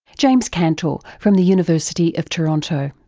james cantor from the university of toronto.